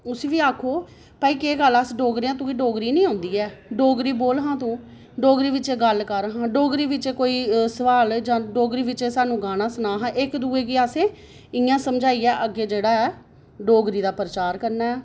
ते उसी बीआक्खो कि केह् गल्ल भाई अस डोगरें आं ते तुगी डोगरी निं आंदी ऐ डोगरी बोल हां तूं डोगरी बिच गल्ल कर हां डोगरी बिच कोई सोआल जां डोगरी बिच कोई गाना सनांऽ हा इक्क दूए गी असें इं'या समझाइयै अग्गें जेह्ड़ा ऐ डोगरी दा प्रचार करना ऐ